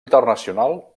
internacional